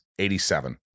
87